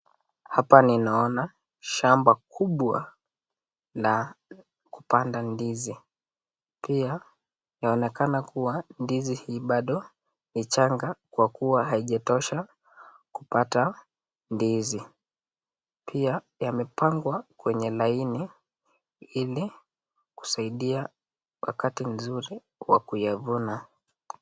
Hapa ninaona shamba kubwa la kupanda ndizi. Pia inaonekana kuwa ndizi hii bado ni changa kwa kuwa haijatosha kupata ndizi. Pia yamepangwa kwenye laini ili kusaidia wakati nzuri kwa kuyavuna.